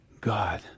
God